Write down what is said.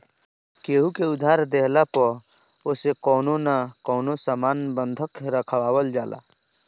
केहू के उधार देहला पअ ओसे कवनो न कवनो सामान बंधक रखवावल जाला